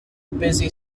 busy